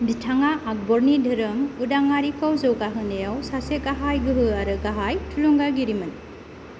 बिथाङा आकब'रनि धोरोम उदांयारिखौ जौगाहोनोयाव सासे गाहाय गोहो आरो गाहाय थुलुंगागिरिमोन